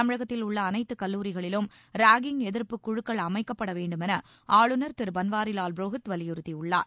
தமிழகத்தில் உள்ள அனைத்து கல்லூரிகளிலும் ராகிங் எதிர்ப்புக் குழுக்கள் அமைக்கப்பட வேண்டுமென ஆளுநர் திரு பன்வாரிலால் புரோஹித் வலியுறுத்தியுள்ளார்